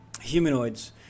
humanoids